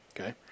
okay